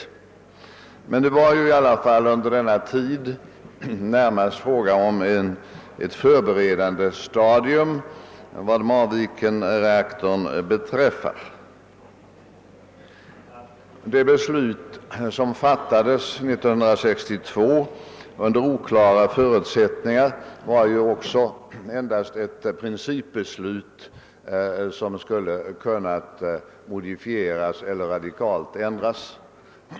Under denna tid var det dock närmast frågan om ett förberedande stadium vad Marvikenreaktorn beträffar. Det beslut som fattades 1962 — under oklara förutsättningar — var också endast ett principbeslut, som skulle ha kunnat modifieras eller radikalt ändras.